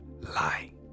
lie